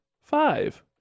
five